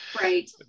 right